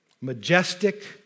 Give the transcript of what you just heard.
majestic